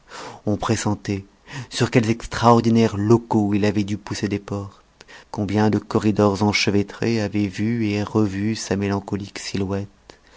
on pressentait sur quels extraordinaires locaux il avait dû pousser des portes combien de corridors enchevêtrés avaient vu et revu sa mélancolique silhouette